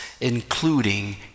including